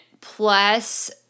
plus